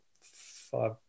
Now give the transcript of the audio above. five